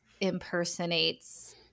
impersonates